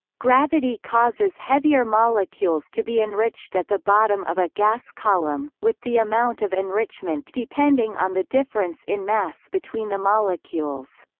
gravity causes heavier molecules to be enriched at the bottom of a gas column, with the amount of enrichment depending on the difference in mass between the molecules.